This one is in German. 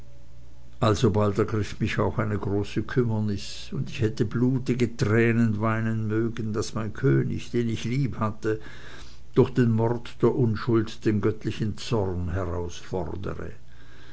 alsobald ergriff mich auch eine große kümmernis und ich hätte blutige tränen weinen mögen daß mein könig den ich liebhatte durch den mord der unschuld den göttlichen zorn herausfordere